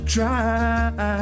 Try